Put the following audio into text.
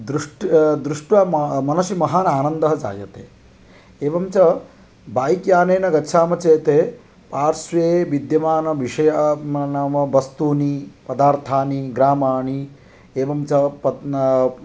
दृष् दृष्ट्वा मनसि महान् आनन्दः जायते एवञ्च बैक्यानेन गच्छाम चेत् पार्श्वे विद्यमानविषय नाम वस्तूनि पदार्थानि ग्रामाणि एवञ्च पत्न्